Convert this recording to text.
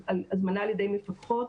הזמנה על ידי מפקחות,